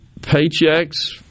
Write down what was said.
paychecks